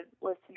listeners